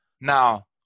Now